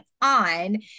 on